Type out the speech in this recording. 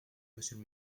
monsieur